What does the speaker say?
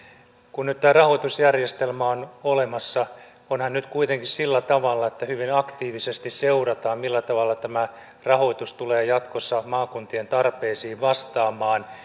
kun nyt tämä rahoitusjärjestelmä on olemassa onhan nyt kuitenkin sillä tavalla että hyvin aktiivisesti seurataan millä tavalla tämä rahoitus tulee jatkossa maakuntien tarpeisiin vastaamaan